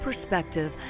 perspective